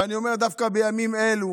ואני אומר, דווקא בימים אלו,